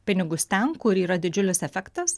pinigus ten kur yra didžiulis efektas